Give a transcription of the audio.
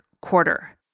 quarter